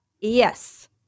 Yes